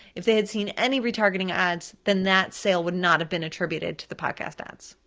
if they had seen any retargeting ads, then that sale would not have been attributed to the podcast ads.